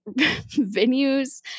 venues